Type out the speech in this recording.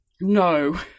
No